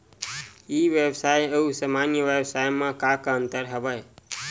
ई व्यवसाय आऊ सामान्य व्यवसाय म का का अंतर हवय?